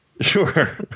Sure